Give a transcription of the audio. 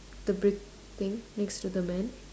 the brick thing next to the man